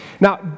Now